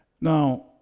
Now